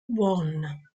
one